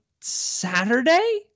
Saturday